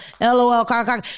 lol